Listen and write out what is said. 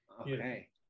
Okay